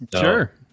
sure